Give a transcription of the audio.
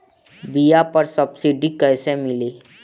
बीया पर सब्सिडी कैसे मिली?